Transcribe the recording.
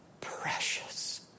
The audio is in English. precious